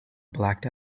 blacked